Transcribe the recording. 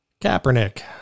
Kaepernick